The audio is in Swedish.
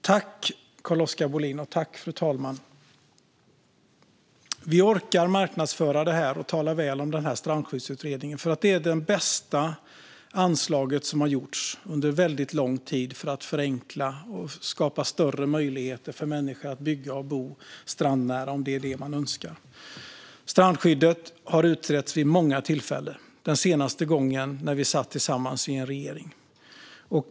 Fru talman och Carl-Oskar Bohlin! Vi orkar marknadsföra det här och tala väl om strandskyddsutredningen för att detta är det bästa anslag som har gjorts under väldigt lång tid för att förenkla och skapa större möjligheter för människor att bygga och bo strandnära, om det är det man önskar. Strandskyddet har utretts vid många tillfällen, den senaste gången när vi satt tillsammans i en regering.